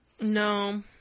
No